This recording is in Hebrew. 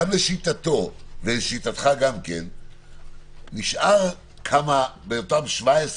לשיטתו וגם לשיטתך נשארו מאותם 17 מיליון,